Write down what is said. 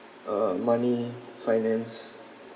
uh money finance